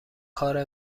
کار